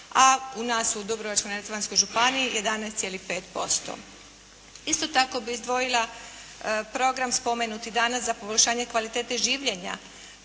a u nas u Dubrovačko-neretvanskoj županiji 11,5%. Isto tako bih izdvojila program spomenuti danas za poboljšanje kvalitete življenja